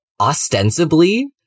ostensibly